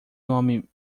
nome